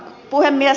puhemies